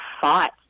fought